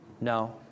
No